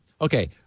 okay